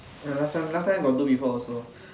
ya last time last time I got do before also